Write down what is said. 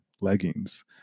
leggings